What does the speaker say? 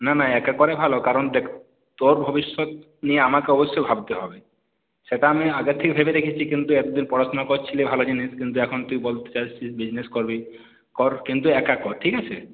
না না একা করাই ভালো কারণ দেখ তোর ভবিষ্যৎ নিয়ে আমাকে অবশ্যই ভাবতে হবে সেটা আমি আগের থেকেই ভেবে রেখেছি কিন্তু এতদিন পড়াশুনা করছিলি ভালো জিনিস এখন তুই বলতে চাস যে বিজনেস করবি কর কিন্তু একা কর ঠিক আছে